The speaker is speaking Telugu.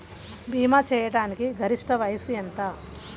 భీమా చేయాటానికి గరిష్ట వయస్సు ఎంత?